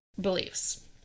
beliefs